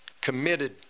committed